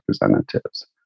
Representatives